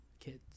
kids